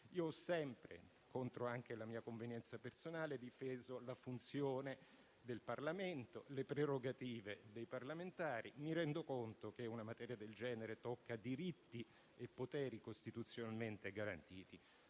Io, anche contro la mia convenienza personale, ho sempre difeso la funzione del Parlamento, le prerogative dei parlamentari. Mi rendo conto che una materia del genere tocca diritti e poteri costituzionalmente garantiti,